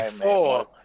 four